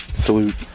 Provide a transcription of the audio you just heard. Salute